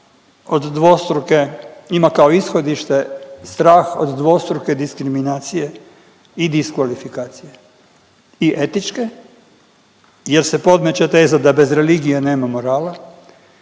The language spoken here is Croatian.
ima kao ishodište strah od dvostruke diskriminacije i diskvalifikacije i etičke jer se podmeće teza da bez religije nema morala